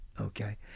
okay